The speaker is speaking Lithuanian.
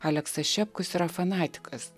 aleksas šepkus yra fanatikas